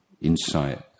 insight